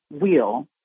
wheel